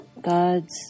God's